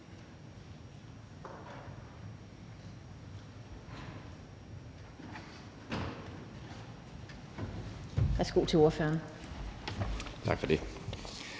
Tak for det.